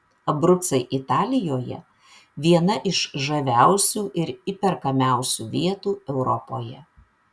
abrucai italijoje viena iš žaviausių ir įperkamiausių vietų europoje